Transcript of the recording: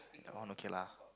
that one okay lah